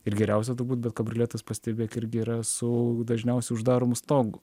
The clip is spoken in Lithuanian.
ir geriausia turbūt bet kabrioletas pastebėk irgi yra su dažniausiai uždaromu stogu